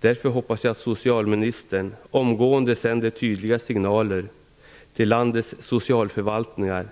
Därför hoppas jag att socialministern omgående sänder tydliga signaler till landets socialförvaltningar